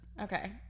Okay